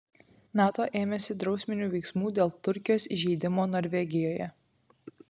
nato ėmėsi drausminių veiksmų dėl turkijos įžeidimo norvegijoje